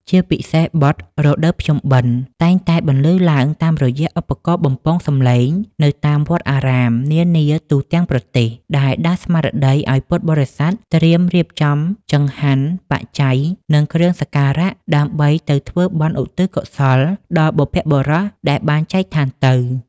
ជាពិសេសបទ រដូវភ្ជុំបិណ្ឌ តែងតែបន្លឺឡើងតាមរយៈឧបករណ៍បំពងសម្លេងនៅតាមវត្តអារាមនានាទូទាំងប្រទេស ដែលដាស់ស្មារតីឱ្យពុទ្ធបរិស័ទត្រៀមរៀបចំចង្ហាន់ បច្ច័យ និងគ្រឿងសក្ការៈដើម្បីទៅធ្វើបុណ្យឧទ្ទិសកុសលដល់បុព្វបុរសដែលបានចែកឋានទៅ។